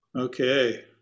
okay